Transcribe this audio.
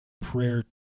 prayer